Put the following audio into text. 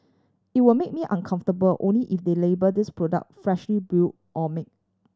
it will make me uncomfortable only if they label these product freshly brew or made